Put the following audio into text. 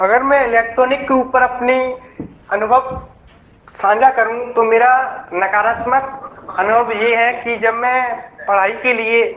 अगर मैं इलेक्ट्रॉनिक के ऊपर अपना अनुभव साझा करूँ तो मेरा नकारात्मक अनुभव यह है कि जब मैं पढ़ाई के लिए